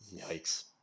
Yikes